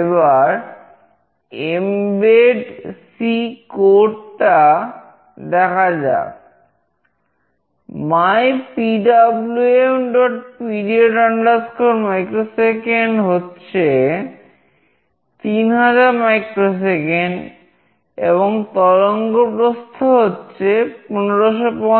এবার Mbed C code টির খুবই মিল